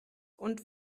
und